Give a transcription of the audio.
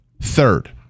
Third